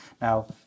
Now